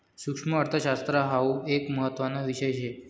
सुक्ष्मअर्थशास्त्र हाउ एक महत्त्वाना विषय शे